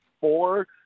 four